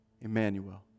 Emmanuel